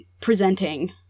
presenting